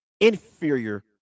inferior